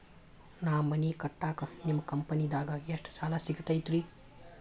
ನಾ ಮನಿ ಕಟ್ಟಾಕ ನಿಮ್ಮ ಕಂಪನಿದಾಗ ಎಷ್ಟ ಸಾಲ ಸಿಗತೈತ್ರಿ?